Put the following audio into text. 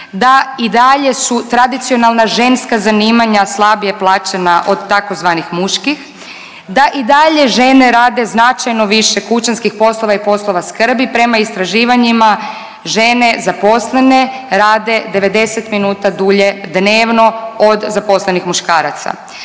da i dalje su tradicionalna ženska zanimanja slabije plaćena od tzv. muških, da i dalje žene rade značajno više kućanskih poslova i poslova skrbi. Prema istraživanjima žene zaposlene rade 90 minuta dulje dnevno od zaposlenih muškaraca.